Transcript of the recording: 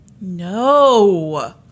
No